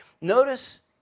notice